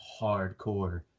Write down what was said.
hardcore